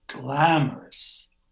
glamorous